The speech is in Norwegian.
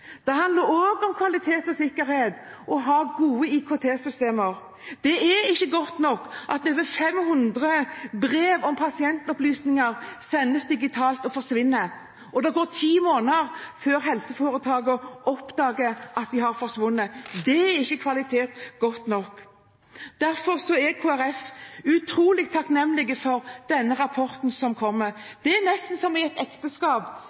Det handler også om kvalitet og sikkerhet å ha gode IKT-systemer. Det er ikke godt nok at over 500 brev om pasientopplysninger sendes digitalt og forsvinner, og at det går ti måneder før helseforetaket oppdager at de har forsvunnet. Det er ikke god nok kvalitet. Derfor er Kristelig Folkeparti utrolig takknemlig for den rapporten som kommer. Det er nesten som i et ekteskap: